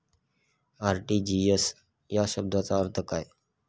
RTGS या शब्दाचा अर्थ काय?